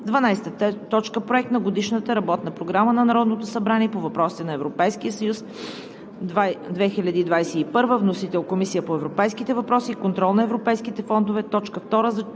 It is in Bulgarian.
12. Проект на Годишна работна програма на Народното събрание по въпросите на Европейския съюз 2021 г. Внесен е от Комисията по европейските въпроси и контрол на европейските фондове